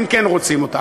הם כן רוצים אותה,